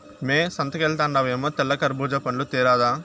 మ్మే సంతకెల్తండావేమో తెల్ల కర్బూజా పండ్లు తేరాదా